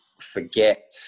forget